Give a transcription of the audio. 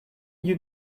you